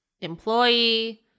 Employee